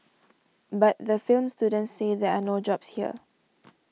but the film students say there are no jobs here